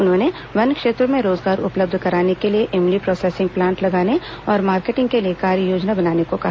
उन्होंने वन क्षेत्रों में रोजगार उपलब्ध कराने के लिए ईमली प्रोसेसिंग प्लांट लगाने और मार्केटिंग के लिए कार्ययोजना बनाने को कहा